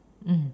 mm